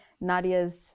Nadia's